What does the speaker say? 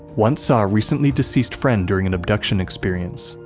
once saw a recently deceased friend during an abduction experience,